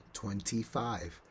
twenty-five